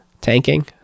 tanking